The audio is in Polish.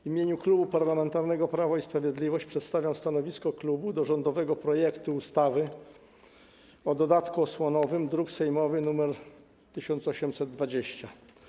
W imieniu Klubu Parlamentarnego Prawo i Sprawiedliwość przedstawiam stanowisko klubu wobec rządowego projektu ustawy o dodatku osłonowym, druk sejmowy nr 1820.